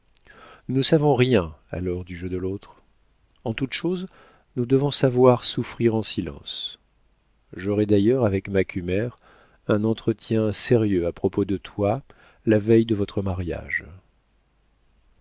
nous ne savons rien alors du jeu de l'autre en toute chose nous devons savoir souffrir en silence j'aurai d'ailleurs avec macumer un entretien sérieux à propos de toi la veille de votre mariage